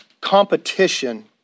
competition